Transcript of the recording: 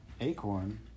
Acorn